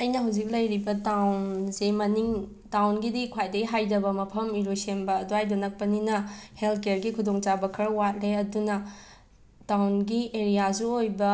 ꯑꯩꯅ ꯍꯧꯖꯤꯛ ꯂꯩꯔꯤꯕ ꯇꯥꯎꯟꯁꯤ ꯃꯅꯤꯡ ꯇꯥꯎꯟꯒꯤꯗꯤ ꯈ꯭ꯋꯥꯏꯗꯒꯤ ꯍꯥꯏꯊꯕ ꯃꯐꯝ ꯏꯔꯣꯏꯁꯦꯝꯕ ꯑꯗꯨꯋꯥꯏꯗꯨ ꯅꯛꯄꯅꯤꯅ ꯍꯦꯜꯀꯦꯔꯒꯤ ꯈꯨꯗꯣꯡꯆꯥꯕ ꯈꯔ ꯋꯥꯠꯂꯦ ꯑꯗꯨꯅ ꯇꯥꯎꯟꯒꯤ ꯑꯦꯔꯤꯌꯥꯁꯨ ꯑꯣꯏꯕ